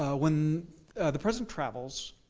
ah when the president travels,